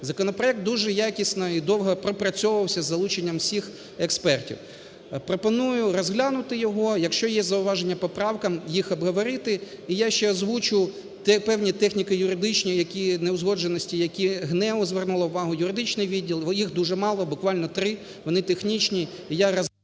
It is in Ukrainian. Законопроект дуже якісно і довго пропрацьовувався з залученням всіх експертів. Пропоную розглянути його. Якщо є зауваження к поправкам, їх обговорити. І я ще озвучу певні техніко-юридичні неузгодженості, які ГНЕУ звернуло увагу, юридичний відділ. Їх дуже мало, буквально три, вони технічні.